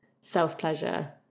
self-pleasure